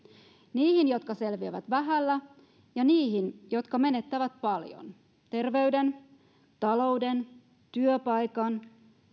niihin jotka selviävät vähällä ja niihin jotka menettävät paljon terveyden talouden työpaikan